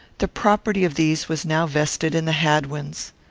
the property of these was now vested in the hadwins.